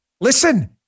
Listen